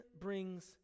brings